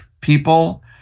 people